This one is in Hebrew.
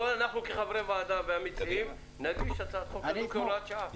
בוא אנחנו כחברי ועדה והמציעים נגיש הצעת חוק כזו כהוראת שעה.